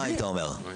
מה היית אומר?